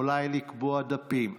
אולי לקבוע דפים,